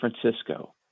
Francisco